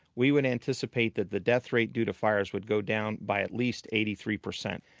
we would anticipate that the death rate due to fires would go down by at least eighty three percent,